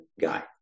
guy